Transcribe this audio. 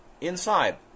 Inside